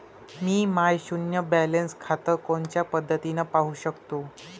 मी माय शुन्य बॅलन्स खातं कोनच्या पद्धतीनं पाहू शकतो?